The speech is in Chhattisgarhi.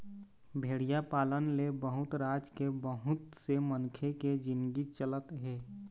भेड़िया पालन ले बहुत राज के बहुत से मनखे के जिनगी चलत हे